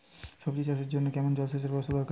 সবজি চাষের জন্য কেমন জলসেচের ব্যাবস্থা দরকার?